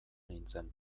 nintzen